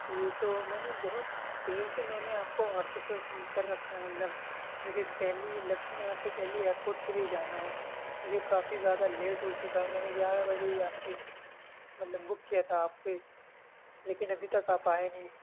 جی تو میں نے بہت دیر سے میں نے آپ کا آٹو کر کر رکھا ہے مطلب مجھے دلی لکشمی نگر سے دلی ایئرپورٹ کے لیے جانا ہے مجھے کافی زیادہ لیٹ ہو چکا ہے میں نے گیارہ بجے ہی آپ کی مطلب بک کیا تھا آپ کی لیکن ابھی تک آپ آئے نہیں